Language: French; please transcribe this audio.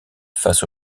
face